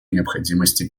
необходимости